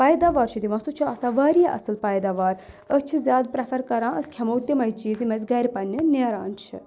پیداوار چھِ دِوان سُہ چھُ آسان واریاہ اَصٕل پیداوار أسۍ چھِ زیادٕ پرٛؠفَر کَران أسۍ کھیٚمو تِمَے چیٖز یِم اَسہِ گَرِ پَننہِ نیران چھِ